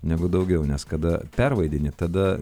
negu daugiau nes kada pervaidini tada